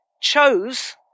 chose